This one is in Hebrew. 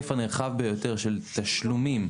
אולי ההיקף הנרחב ביותר של תשלומים.